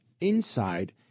inside